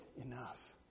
enough